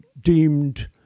deemed